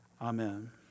Amen